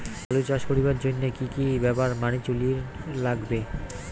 আলু চাষ করিবার জইন্যে কি কি ব্যাপার মানি চলির লাগবে?